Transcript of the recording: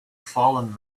fallen